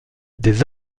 des